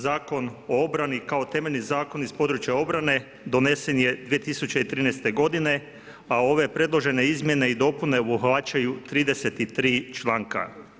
Zakon o obrani kao temeljni zakon iz područja obrane donesen je 2013. godine, a ove predložene izmjene i dopune obuhvaćaju 33 članka.